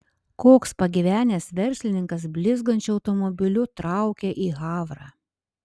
koks pagyvenęs verslininkas blizgančiu automobiliu traukia į havrą